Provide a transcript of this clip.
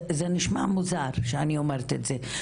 זה נשמע מוזר שאני אומרת את זה,